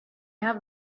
have